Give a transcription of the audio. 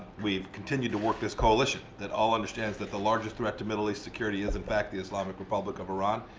we've continued to work with this coalition that all understands that the largest threat to middle east security is, in fact, the islamic republic of iran.